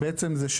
עוד לפני המצגת,